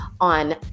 on